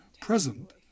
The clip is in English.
present